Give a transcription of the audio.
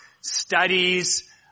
studies